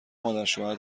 مادرشوهر